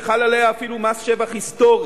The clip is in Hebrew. וחל עליה אפילו מס שבח היסטורי,